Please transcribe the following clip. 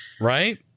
right